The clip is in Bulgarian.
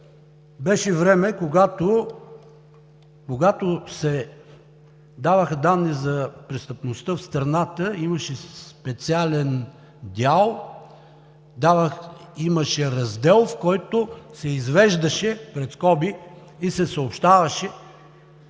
Беше време, когато се даваха данни за престъпността в страната – имаше специален дял с раздел, в който се извеждаше пред скоби и се съобщаваше